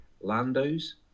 Lando's